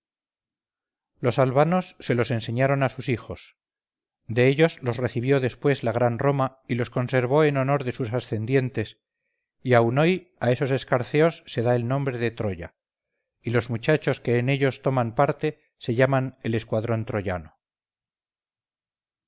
los albanos se los enseñaron a sus hijos de ellos los recibió después la gran roma y los conservó en honor de sus ascendientes y aún hoy a esos escarceos se da el nombre de troya y los muchachos que en ellos toman parte se llaman el escuadrón troyano